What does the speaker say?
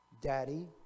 Daddy